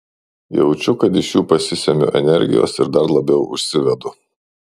jaučiu kad iš jų pasisemiu energijos ir dar labiau užsivedu